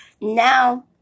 now